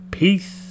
Peace